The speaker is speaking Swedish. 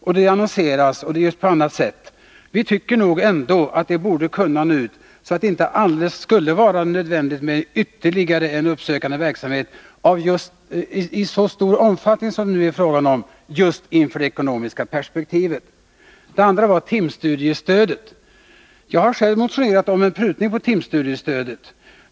Man annonserar och sprider information på annat sätt. Det borde inte vara alldeles nödvändigt — i det nuvarande ekonomiska perspektivet — med ytterligare uppsökande verksamhet i så stor omfattning som det är fråga om. Sedan beträffande timstudiestödet. Jag har själv motionerat om en prutning av timstudiestödet.